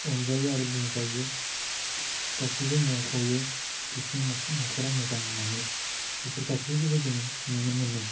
अनजायो आरो बुंजायो गासिबो मख'यो बिसिनि न'खरा मोजां होन्नानै बेफोर गासैखौबो जोङो नुनो मोनो